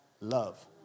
love